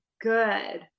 good